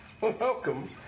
Welcome